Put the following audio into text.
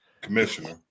commissioner